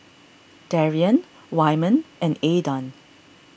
Darrian Wyman and Aydan